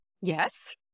yes